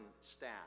staff